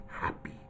happy